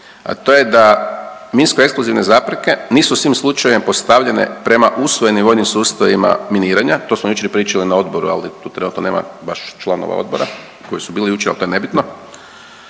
to je da minsko-eksplozivne zapreke nisu u svim slučajevima postavljene prema usvojenim vojnim sustavima miniranja, to smo jučer pričali na odboru, ali tu trenutno nema baš članova odbora koji su bili jučer, opet nebitno,